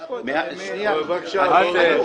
יש פה --- שנייה רגע.